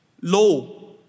law